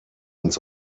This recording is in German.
uns